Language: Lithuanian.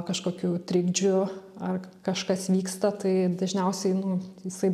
kažkokių trikdžių ar kažkas vyksta tai dažniausiai nu jisai